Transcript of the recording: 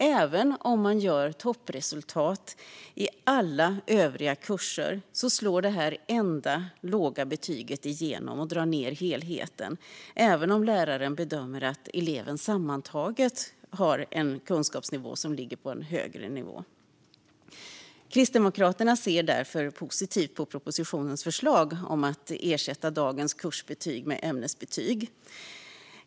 Även om man gör toppresultat i alla övriga kurser slår det här enda låga betyget igenom och drar ned helheten, även om läraren bedömer att eleven sammantaget har en kunskapsnivå som ligger på en högre nivå. Kristdemokraterna ser därför positivt på propositionens förslag om att ersätta dagens kursbetyg med ämnesbetyg.